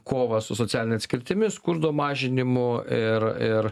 kovą su socialine atskirtimi skurdo mažinimu ir ir